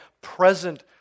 present